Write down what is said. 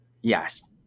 Yes